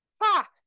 Ha